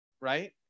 right